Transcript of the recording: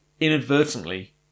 inadvertently